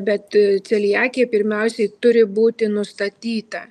bet celiakija pirmiausiai turi būti nustatyta